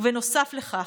ובנוסף לכך,